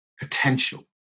potential